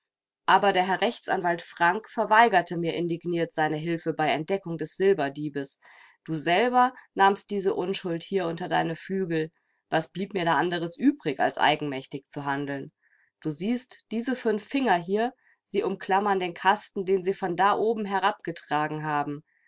aber der herr rechtsanwalt frank verweigerte mir indigniert seine hilfe bei entdeckung des silberdiebes du selber nahmst diese unschuld hier unter deine flügel was blieb mir da anders übrig als eigenmächtig zu handeln du siehst diese fünf finger hier sie umklammern den kasten den sie von da oben herabgetragen haben